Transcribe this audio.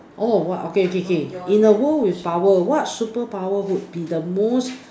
orh what okay okay okay in the world with power what super power would be the most